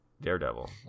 Daredevil